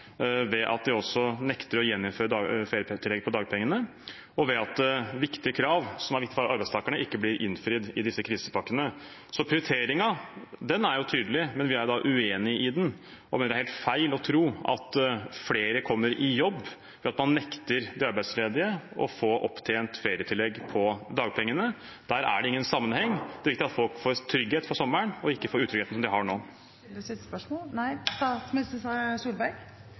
ved at de nekter å gjeninnføre ferietillegget på dagpengene, og ved at viktige krav for arbeidstakerne ikke blir innfridd i disse krisepakkene. Så prioriteringen er tydelig, men vi er uenig i den og mener det er helt feil å tro at flere kommer i jobb ved at man nekter de arbeidsledige å opptjene ferietillegg på dagpengene. Der er det ingen sammenheng. Det viktige er at folk får trygghet for sommeren, og ikke den utryggheten de har nå. Da må representanten Moxnes stille sitt spørsmål – nei?